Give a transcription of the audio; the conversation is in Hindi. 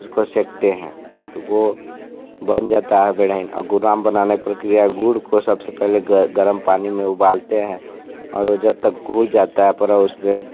उसको सेंकते हैं तो वह बन जाता है बड़्हइन और गुराम बनाने प्रक्रिया गुड़ को सबसे पहले गर्म पानी में उबालते हैं और वह जब तक घुल जाता है पर उसमें